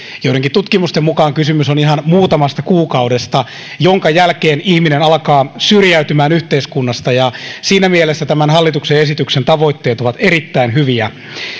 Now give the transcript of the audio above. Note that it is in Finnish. joidenkin tutkimusten mukaan kysymys on ihan muutamasta kuukaudesta minkä jälkeen ihminen alkaa syrjäytymään yhteiskunnasta ja siinä mielessä tämän hallituksen esityksen tavoitteet ovat erittäin hyviä